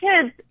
kids